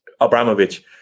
Abramovich